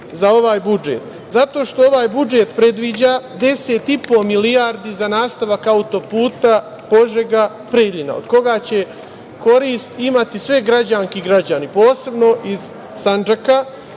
za ovaj budžet. Zato što ovaj budžet predviđa 10,5 milijardi za nastavak autoputa Požega – Preljina, od koga će korist imati sve građanke i građani, posebno iz